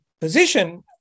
position